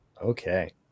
Okay